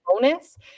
bonus